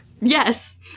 Yes